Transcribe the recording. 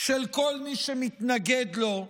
של כל מי שמתנגד לו,